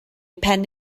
pen